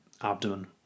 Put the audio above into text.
abdomen